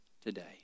today